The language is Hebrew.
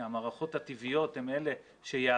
כי המערכות הטבעיות הן אלה שיאפשרו